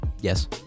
Yes